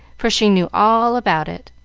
for she knew all about it.